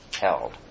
held